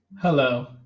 Hello